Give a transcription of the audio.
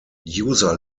user